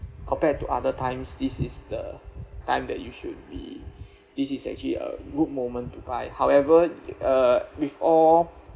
compared to other times this is the time that you should be this is actually a good moment to right however uh with all